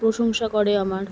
প্রশংসা করে আমার